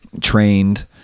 trained